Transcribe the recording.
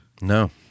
No